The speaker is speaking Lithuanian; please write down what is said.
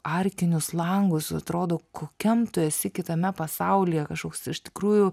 arkinius langus atrodo kokiam tu esi kitame pasaulyje kažkoks iš tikrųjų